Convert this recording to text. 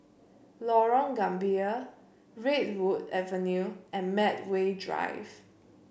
Lorong Gambir Redwood Avenue and Medway Drive